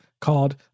called